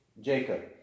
Jacob